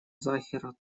захира